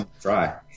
Try